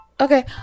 Okay